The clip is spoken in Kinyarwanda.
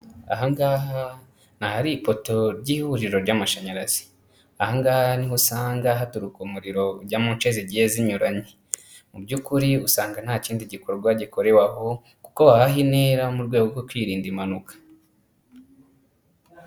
Ahangaha ni ahari ipoto ry'ihuriro ry'amashanyarazi ahangaha niho usanga haturuka umuriro ujya munce zigiye zinyuranye mu by'ukuri usanga nta kindi gikorwa gikorewe aho kuko bahaha intera mu rwego rwo kwirinda impanuka.